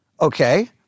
Okay